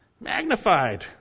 Magnified